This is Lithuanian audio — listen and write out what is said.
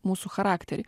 mūsų charakterį